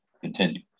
continue